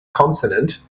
consonant